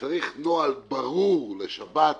צריך נוהל ברור לשבת,